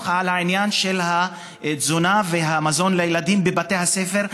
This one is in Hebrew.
על העניין של התזונה והמזון לילדים בבתי הספר,